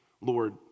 Lord